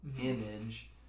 image